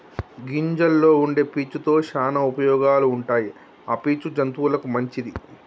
గింజల్లో వుండే పీచు తో శానా ఉపయోగాలు ఉంటాయి ఆ పీచు జంతువులకు మంచిది